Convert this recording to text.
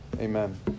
amen